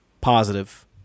positive